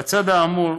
בצד האמור,